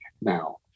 now